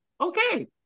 okay